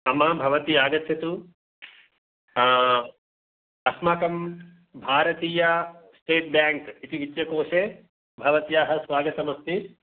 आमां भवति आगच्छतु आ अस्माकं भारतीय स्टेट् बेङ्क् इति वित्तकोषे भवत्याः स्वागतम् अस्ति